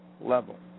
level